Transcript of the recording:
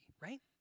right